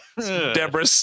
Debris